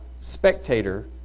spectator